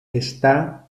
está